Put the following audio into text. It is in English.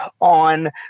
on